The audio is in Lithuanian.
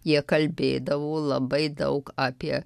jie kalbėdavo labai daug apie